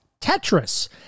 Tetris